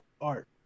art